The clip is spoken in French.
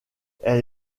elle